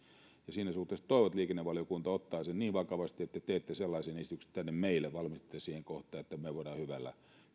siinä suhteessa toivon että liikennevaliokunta ottaa sen niin vakavasti että te teette sellaisen esityksen tänne meille valmistelette sen kohta että me voimme hyvällä